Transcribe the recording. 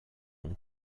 ont